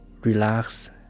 relax